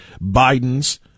Biden's